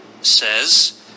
says